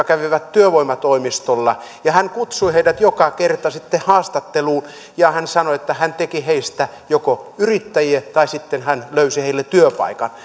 kävivät työvoimatoimistolla hän kutsui joka kerta sitten haastatteluun ja sanoi että hän joko teki heistä yrittäjiä tai sitten löysi heille työpaikan